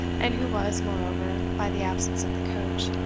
and who was, moreover, by the absence of the coach,